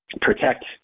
protect